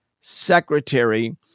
secretary